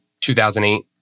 2008